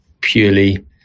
purely